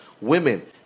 Women